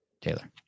Taylor